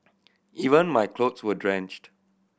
even my clothes were drenched